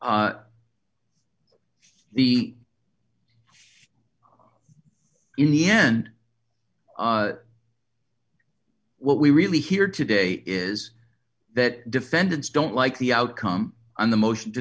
so the in the end what we really hear today is that defendants don't like the outcome on the motion to